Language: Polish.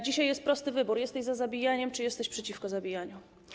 Dzisiaj jest prosty wybór: jesteś za zabijaniem czy jesteś przeciwko zabijaniu.